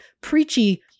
preachy